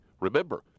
Remember